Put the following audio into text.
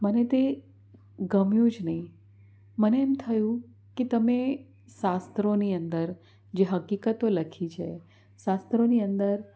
મને તે ગમ્યું જ નહીં મને એમ થયું કે તમે શાસ્ત્રોની અંદર જે હકીકતો લખી છે શાસ્ત્રોની અંદર